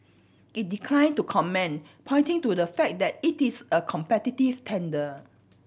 it declined to comment pointing to the fact that it is a competitive tender